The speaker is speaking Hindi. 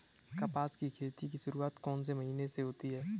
कपास की खेती की शुरुआत कौन से महीने से होती है?